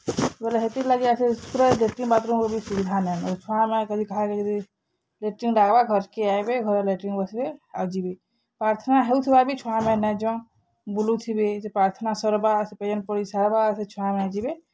ବୋଲେ ହେତିର୍ ଲାଗି ପୁରା ଯେତ୍କି ବାତରୁ ବି ସୁବିଧା ନାଇଁ ନ ଛୁଆମାନେ କେଦି ଖାଇବେ ଯଦି ଘର୍ କେ ଆଇଁବେ ପ୍ରାର୍ଥନା ହଉଥିବା ବି ଛୁଆମାନେ ନାଇଁଯନ୍ ବୁଲୁଥିବେ ଯେ ପ୍ରାର୍ଥନା ସାର୍ବା ପ୍ରେଜେଣ୍ଟ ପଡ଼ି ସାର୍ବା ସେ ଛୁଆମାନେ ଯିବେ